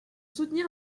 soutenir